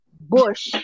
bush